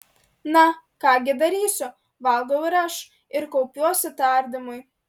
na ką gi darysiu valgau ir aš ir kaupiuosi tardymui